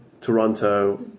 Toronto